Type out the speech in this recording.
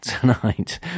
tonight